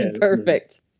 perfect